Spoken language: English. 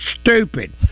stupid